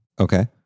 Okay